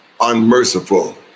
unmerciful